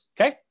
okay